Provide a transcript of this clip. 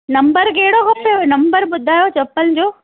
number कहिड़ो खपेव number ॿुधायो चप्पल जो